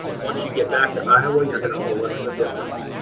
once you get back to iowa you're going to owe us the difference.